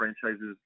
franchises